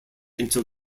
until